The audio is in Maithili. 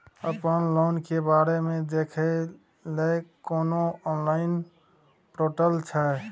अपन लोन के बारे मे देखै लय कोनो ऑनलाइन र्पोटल छै?